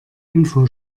info